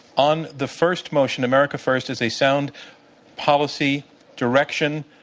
on the first motion, america first is a sound policy direction,